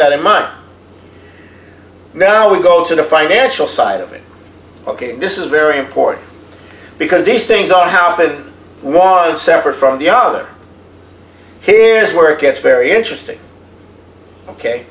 that in mind now we go to the financial side of it ok this is very important because these things are how it was separate from the other here's where it gets very interesting ok